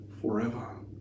forever